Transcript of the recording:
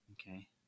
Okay